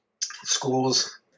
schools